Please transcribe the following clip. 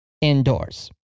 indoors